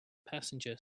passenger